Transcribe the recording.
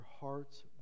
heart's